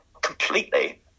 completely